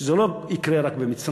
שזה לא יקרה רק במצרים.